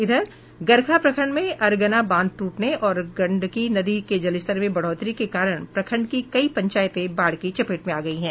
इधर गरखा प्रखंड में अरगना बांध टूटने और गंडकी नदी के जलस्तर में बढ़ोतरी के कारण प्रखंड की कई पंचायतें बाढ़ की चपेट में आ गयी हैं